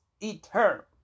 eternal